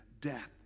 death